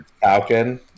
Falcon